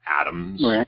Atoms